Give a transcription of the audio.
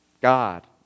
God